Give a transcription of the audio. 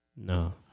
No